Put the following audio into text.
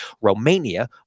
Romania